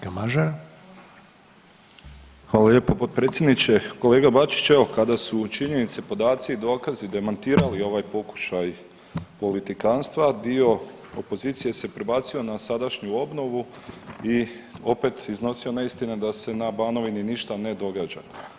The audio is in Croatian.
Kolega Bačić, evo kada su činjenice, podaci i dokazi demantirali ovaj pokušaj politikanstva dio opozicije se prebacio na sadašnju obnovu i opet iznosio neistine da se na Banovini ništa na događa.